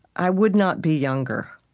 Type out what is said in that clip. i would not be younger.